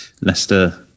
Leicester